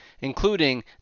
including